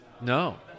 No